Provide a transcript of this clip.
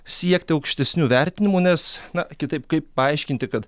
siekti aukštesnių vertinimų nes na kitaip kaip paaiškinti kad